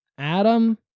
Adam